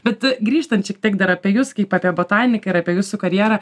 bet grįžtant šiek tiek dar apie jus kaip apie botaniką ir apie jūsų karjerą